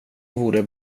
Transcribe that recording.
vore